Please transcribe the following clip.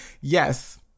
Yes